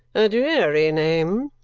a dreary name,